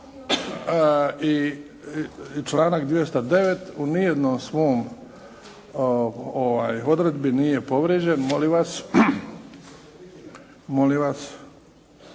i članak 209. u nijednom svom odredbi nije povrijeđen, molim vas, nije